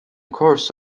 course